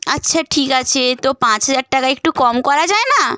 আচ্ছা ঠিক আছে তো পাঁচ হাজার টাকা একটু কম করা যায় না